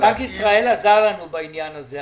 בנק ישראל עזר לנו בעניין הזה.